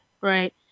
Right